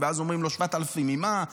7,000, ואז אומרים לו: 7,000 ממה?